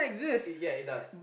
it ya it does